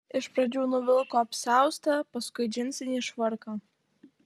iš pradžių nuvilko apsiaustą paskui džinsinį švarką